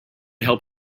help